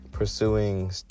Pursuing